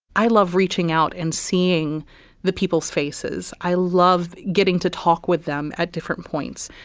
i love reaching out and seeing the people's faces. i love getting to talk with them at different points.